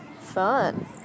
fun